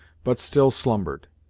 but still slumbered.